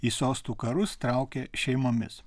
į sostų karus traukė šeimomis